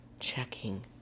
checking